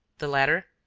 the latter,